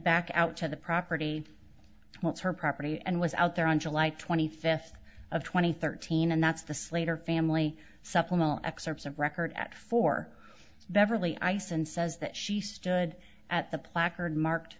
back out to the property what's her property and was out there on july twenty fifth of two thousand and thirteen and that's the slater family supplemental excerpts of record at four beverly ice and says that she stood at the placard marked